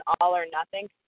all-or-nothing